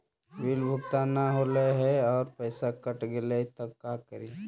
Bill भुगतान न हौले हे और पैसा कट गेलै त का करि?